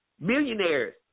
millionaires